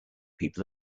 people